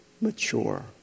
mature